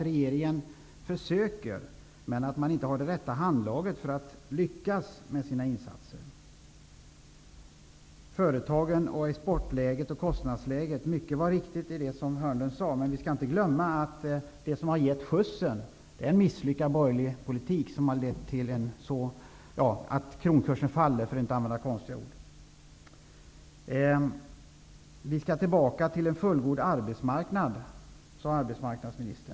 Regeringen försöker visserligen, men man har inte det rätta handlaget för att lyckas med sina insatser. Det var mycket som var riktigt i det som Börje Hörnlund sade om företagen, exportläget och kostnadsläget, men vi skall inte glömma att det är en misslyckad borgerlig politik som har lett till att kronkursen har fallit -- för att inte använda konstiga ord. Arbetsmarknadsministern sade att vi skall ha tillbaka en fullgod arbetsmarknad.